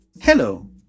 Hello